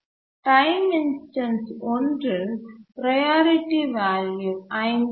time instance ஒன்றில் priority value 5 ஆகும்